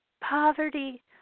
poverty